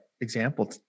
example